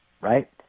right